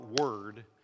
Word